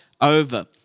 over